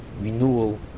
renewal